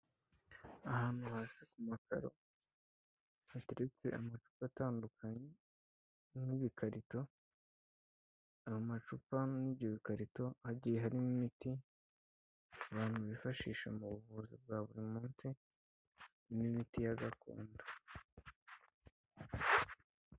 Ahantu hasi ku makaro hateretse amacupa atandukanye nk'ibikarito, amacupa, n'ibyo bikarito hagiye harimo imiti abantu bifashisha mu buvuzi bwa buri munsi nk'imiti ya gakondo.